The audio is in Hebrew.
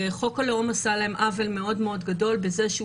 חוק הלאום עשה להם עוול מאוד גדול בזה שהוא